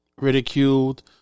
ridiculed